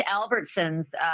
Albertson's